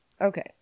Okay